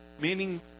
meaning